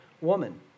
woman